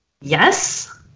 Yes